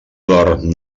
dorm